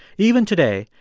even today,